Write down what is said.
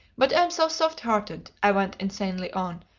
but i'm so soft-hearted, i went insanely on,